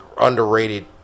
Underrated